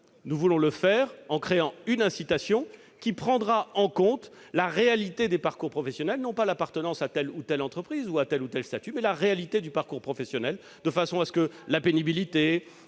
tout le monde, mais en créant une incitation qui prendra en compte la réalité des parcours professionnels : non pas l'appartenance à telle ou telle entreprise, à tel ou tel statut, mais bien la réalité du parcours professionnel. Ainsi, la pénibilité,